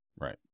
right